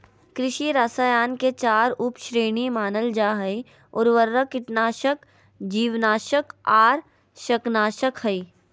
कृषि रसायन के चार उप श्रेणी मानल जा हई, उर्वरक, कीटनाशक, जीवनाशक आर शाकनाशक हई